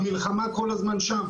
המלחמה כל הזמן שם.